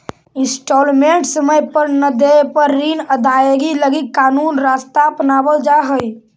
instalment समय पर न देवे पर ऋण अदायगी लगी कानूनी रास्ता अपनावल जा हई